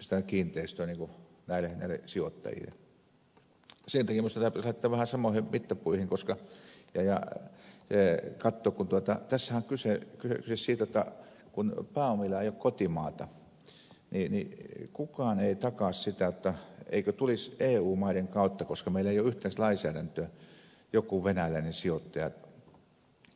sen takia minusta tämä pitäisi laittaa vähän samoihin mittapuihin ja katsoa kun tässähän on kyse siis siitä jotta kun pääomilla ei ole kotimaata niin kukaan ei takaa sitä jotta ei tulisi eu maiden kautta koska meillä ei ole yhteistä lainsäädäntöä joku venäläinen sijoittaja